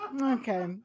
Okay